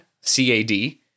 C-A-D